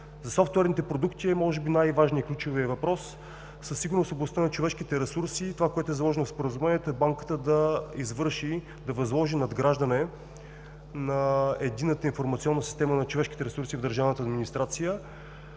За софтуерните продукти е може би най-важният и ключов въпрос в областта на човешките ресурси. Това, което е заложено в Споразумението, е Банката да извърши, да възложи надграждане на Единната информационна система на човешките ресурси в държавната администрация,